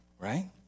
Right